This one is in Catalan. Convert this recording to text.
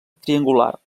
triangular